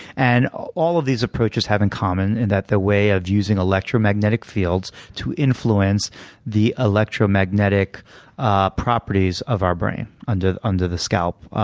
and all of these approaches have in common and the way of using electromagnetic fields to influence the electromagnetic ah properties of our brain under the under the scalp,